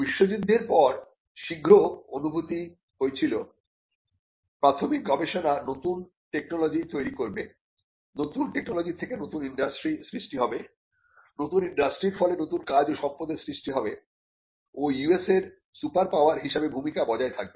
বিশ্বযুদ্ধের পর শীঘ্র অনুভূতি হয়েছিল প্রাথমিক গবেষণা নতুন টেকনোলজি তৈরি করবে নতুন টেকনোলজি থেকে নতুন ইন্ডাস্ট্রি সৃষ্টি হবে নতুন ইন্ডাস্ট্রির ফলে নতুন কাজ ও সম্পদের সৃষ্টি হবে ও US এর সুপারপাওয়ার হিসেবে ভূমিকা বজায় থাকবে